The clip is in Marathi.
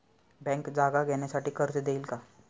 बँक जागा घेण्यासाठी कर्ज देईल का?